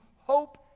hope